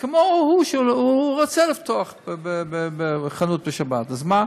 כמו ההוא שרוצה לפתוח חנות בשבת, אז מה?